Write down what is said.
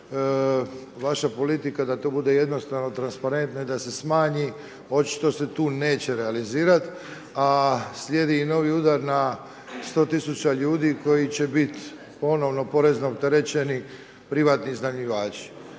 vaša politika da to bude jednostavno transparentno i da se smanji, očito se tu neće realizirati a slijedi i novi udar na 100 000 ljudi koji će biti ponovno porezno opterećeni, privatni iznajmljivači.